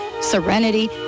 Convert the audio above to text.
serenity